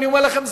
אני אומר לכם,